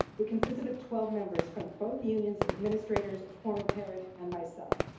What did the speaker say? we consisted of twelve members from both unions, administrators, a former parent, and myself.